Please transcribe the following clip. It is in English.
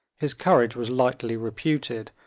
his courage was lightly reputed,